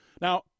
Now